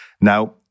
Now